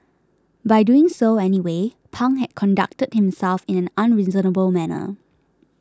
by doing so anyway Pang had conducted himself in an unreasonable manner